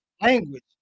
language